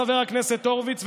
חבר הכנסת הורוביץ,